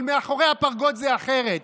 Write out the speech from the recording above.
אבל מאחורי הפרגוד זה אחרת.